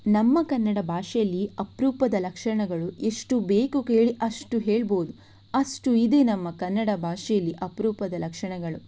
ನಮ್ಮ ಕನ್ನಡ ಭಾಷೆಯಲ್ಲಿ ಅಪರೂಪದ ಲಕ್ಷಣಗಳು ಎಷ್ಟು ಬೇಕು ಕೇಳಿ ಅಷ್ಟು ಹೇಳಬಹುದು ಅಷ್ಟು ಇದೆ ನಮ್ಮ ಕನ್ನಡ ಭಾಷೆಯಲ್ಲಿ ಅಪರೂಪದ ಲಕ್ಷಣಗಳು